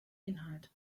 inhalt